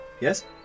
Yes